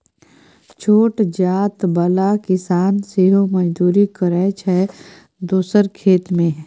छोट जोत बला किसान सेहो मजदुरी करय छै दोसरा खेत मे